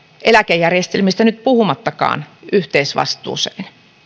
eläkejärjestelmistä nyt puhumattakaan yhteisvastuuseen